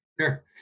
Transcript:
Sure